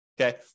Okay